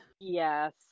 Yes